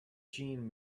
jean